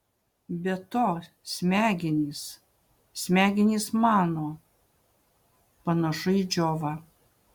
be to smegenys smegenys mano panašu į džiovą